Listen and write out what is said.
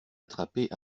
attraper